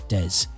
Des